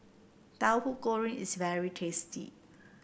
Tahu Goreng is very tasty